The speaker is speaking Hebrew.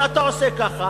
ואתה עושה ככה.